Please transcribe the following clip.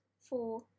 four